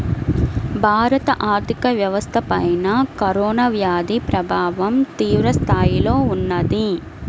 భారత ఆర్థిక వ్యవస్థపైన కరోనా వ్యాధి ప్రభావం తీవ్రస్థాయిలో ఉన్నది